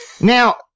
Now